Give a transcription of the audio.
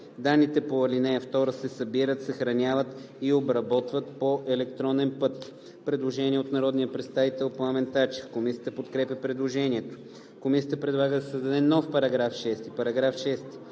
Данните по ал. 2 се събират, съхраняват и обработват по електронен път.“ Предложение на народния представител Пламен Тачев. Комисията подкрепя предложението. Комисията предлага да се създаде нов § 6: „§ 6.